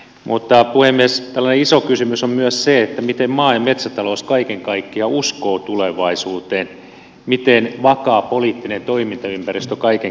mutta puhemies tällainen iso kysymys on myös se miten maa ja metsätalous kaiken kaikkiaan uskoo tulevaisuuteen miten vakaa poliittinen toimintaympäristö kaiken kaikkiaan on